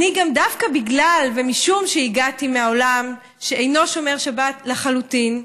דווקא בגלל ומשום שהגעתי מהעולם שאינו שומר שבת לחלוטין,